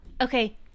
okay